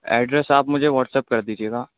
address آپ مجھے WhatsApp کر دیجیے گا